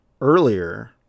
earlier